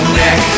neck